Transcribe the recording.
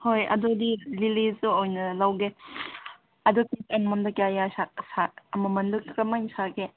ꯍꯣꯏ ꯑꯗꯨꯗꯤ ꯂꯤꯂꯤꯗꯨ ꯑꯣꯏꯅ ꯂꯧꯒꯦ ꯑꯗꯨ ꯑꯃꯃꯝꯗ ꯀꯌꯥ ꯀꯌꯥ ꯑꯃꯃꯝꯗ ꯀꯔꯝ ꯍꯥꯏꯅ ꯁꯥꯕꯒꯦ